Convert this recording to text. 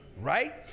right